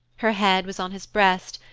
her head was on his breast,